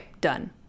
Done